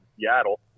Seattle